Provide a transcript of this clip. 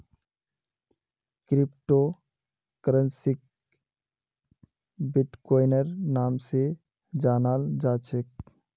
crypto करन्सीक बिट्कोइनेर नाम स जानाल जा छेक